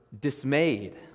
dismayed